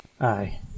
Aye